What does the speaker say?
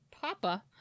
Papa